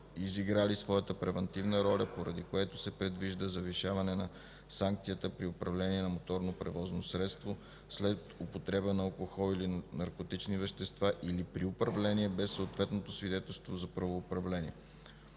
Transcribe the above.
изиграли своята превантивна роля, поради което се предвижда завишаване на санкцията при управление на моторно превозно средство след употреба на алкохол или наркотични вещества, или при управление без съответното свидетелство за правоуправление.